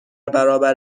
برابر